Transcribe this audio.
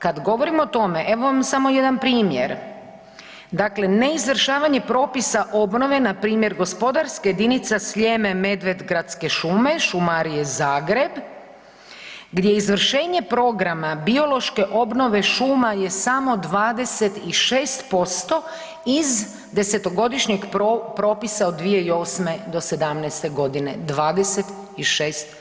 Kad govorimo o tome evo vam samo jedan primjer, dakle ne izvršavanje propisa obnove npr. gospodarske jedinice Sljeme Medvedgradske šume Šumarije Zagreb gdje izvršenje programa biološke obnove šuma je samo 26% iz 10-to godišnjeg propisa od 2008. do '17. godine, 26%